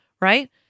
right